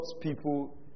people